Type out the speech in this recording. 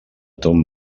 ton